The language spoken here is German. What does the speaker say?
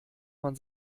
man